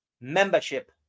membership